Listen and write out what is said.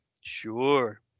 Sure